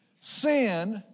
Sin